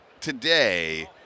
today